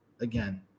again